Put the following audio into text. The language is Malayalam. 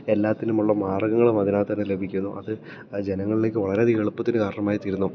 എല്ലാത്തിനുമുള്ള മാർഗ്ഗങ്ങളും അതിനകത്തുതന്നെ ലഭിക്കുന്നു അത് ജനങ്ങളിലേക്ക് വളരെയധികം എളുപ്പത്തിന് കാരണമായിത്തീരുന്നു